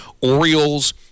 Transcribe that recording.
Orioles